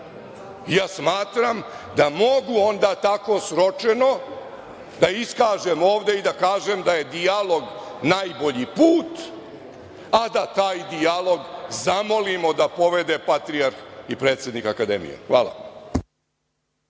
Ja smatram da mogu onda tako sročeno da iskažem ovde i da kažem da je dijalog najbolji put, a da taj dijalog zamolimo da povede Patrijarh i predsednik Akademije.